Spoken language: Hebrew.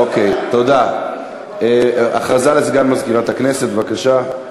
הודעה לסגן מזכירת הכנסת, בבקשה.